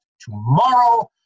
tomorrow